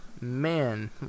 man